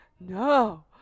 No